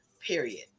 Period